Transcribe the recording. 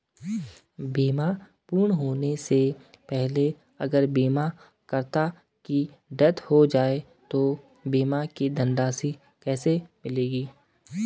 बीमा पूर्ण होने से पहले अगर बीमा करता की डेथ हो जाए तो बीमा की धनराशि किसे मिलेगी?